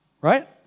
right